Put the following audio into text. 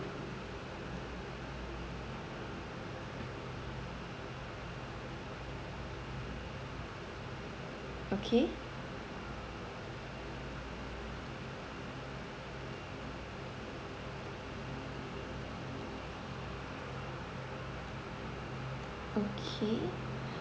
okay okay